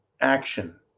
action